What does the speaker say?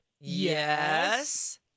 Yes